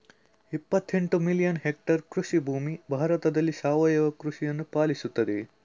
ಇಪ್ಪತ್ತೆಂಟು million hectare ಕೃಷಿಭೂಮಿ ಭಾರತದಲ್ಲಿ ಸಾವಯವ ಕೃಷಿಯನ್ನು ಪಾಲಿಸುತ್ತಿದೆ